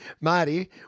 Marty